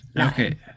Okay